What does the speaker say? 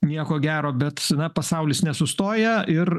nieko gero bet pasaulis nesustoja ir